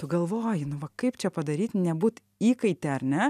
tu galvoji nu va kaip čia padaryt nebūt įkaite ar ne